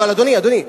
אדוני,